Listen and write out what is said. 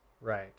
Right